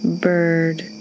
bird